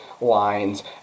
lines